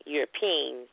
European